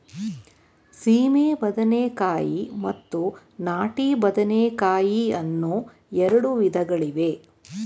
ಸೀಮೆ ಬದನೆಕಾಯಿ ಮತ್ತು ನಾಟಿ ಬದನೆಕಾಯಿ ಅನ್ನೂ ಎರಡು ವಿಧಗಳಿವೆ